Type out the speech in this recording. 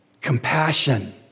Compassion